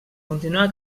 continua